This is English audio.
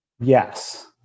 Yes